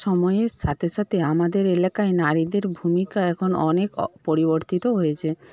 সময়ের সাথে সাথে আমাদের এলাকায় নারীদের ভূমিকা এখন অনেক অ পরিবর্তিত হয়েছে